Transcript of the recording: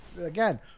again